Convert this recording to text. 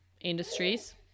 industries